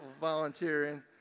volunteering